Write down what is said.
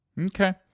Okay